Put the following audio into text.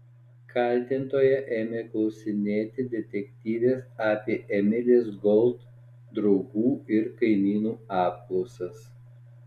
kaltintoja ėmė klausinėti detektyvės apie emilės gold draugų ir kaimynų apklausas